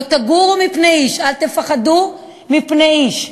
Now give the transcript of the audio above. "לא תגורו מפני איש"; אל תפחדו מפני איש,